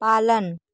पालन